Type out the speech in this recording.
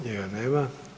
Njega nema.